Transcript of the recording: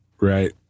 Right